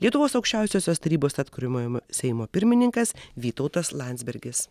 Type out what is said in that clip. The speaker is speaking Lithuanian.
lietuvos aukščiausiosios tarybos atkuriamojo seimo pirmininkas vytautas landsbergis